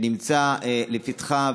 שנמצאת לפתחה,